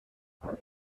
there